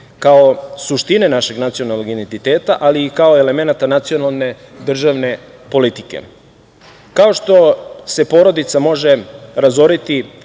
kao suštine našeg nacionalnog identiteta, ali i kao elemenata nacionalne državne politike. Kao što se porodica može razoriti